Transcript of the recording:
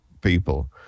people